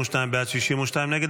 52 בעד, 62 נגד.